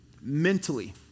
mentally